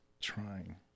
trying